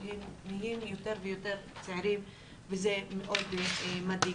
הופכים יותר ויותר צעירים וזה מאוד מדאיג,